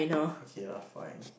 okay lah fine